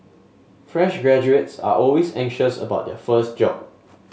fresh graduates are always anxious about their first job